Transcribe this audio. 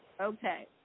Okay